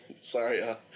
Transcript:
Sorry